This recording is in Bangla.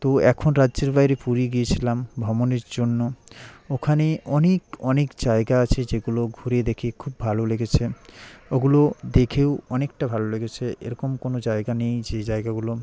তো এখন রাজ্যের বাইরে পুরী গিয়েছিলাম ভমোণের জন্য ওখানে অনেক অনেক জায়গা আছে যেগুলো ঘুরে দেখে খুব ভালো লেগেছে ওগুলো দেখেও অনেকটা ভালো লেগেছে এরকম কোনো জায়গা নেই যে জায়গাগুলো